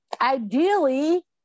ideally